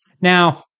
Now